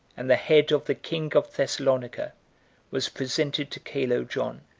and the head of the king of thessalonica was presented to calo-john,